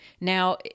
Now